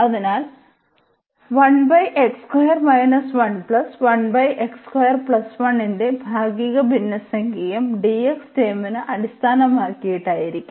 അതിനാൽന്റെ ഭാഗിക ഭിന്നസംഖ്യയും dx ടേമിനു അടിസ്ഥാനമായിട്ട് ആയിരിക്കും